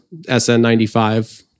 SN95